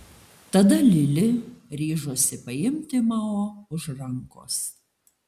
tada lili ryžosi paimti mao už rankos